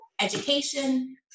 education